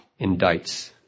indicts